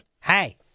Hey